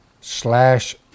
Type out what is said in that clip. slash